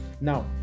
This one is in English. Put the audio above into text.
Now